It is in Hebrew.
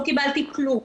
לא קיבלתי כלום.